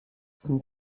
zum